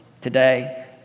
today